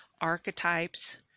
archetypes